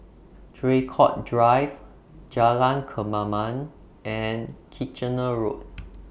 Draycott Drive Jalan Kemaman and Kitchener Road